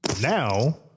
Now